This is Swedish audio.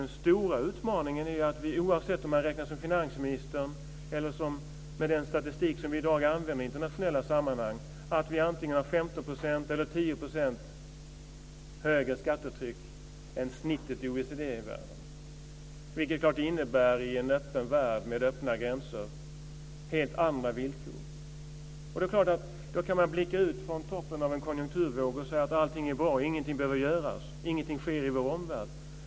Den stora utmaningen är att vi, oavsett om man räknar som finansministern eller med den statistik vi i dag använder i internationella sammanhang, antingen har 15 % eller 10 % högre skattetryck än snittet i OECD. Det innebär i en öppen värld med öppna gränser helt andra villkor. Då kan man blicka ut från toppen av en konjunkturvåg och säga att allting är bra. Ingenting behöver göras, ingenting sker i vår omvärld.